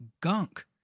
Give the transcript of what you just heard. gunk